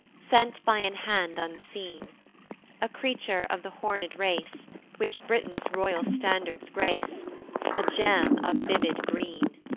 sent by an hand unseen a creature of the horned race, which britain's royal standards grace a gem of vivid green